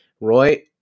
Roy